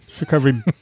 Recovery